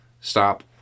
Stop